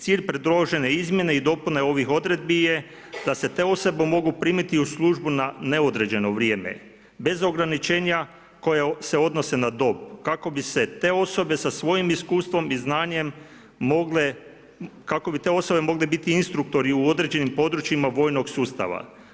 Cilj predložene izmjene i dopune ovih odredbi je da se te osobe mogu primiti u službu na neodređeno vrijeme, bez ograničenja koje se odnose na dob, kako bi se te osobe sa svojim iskustvom i znanjem mogle, kako bi te osobe mogle biti instruktori u određenim područjima vojnog sustava.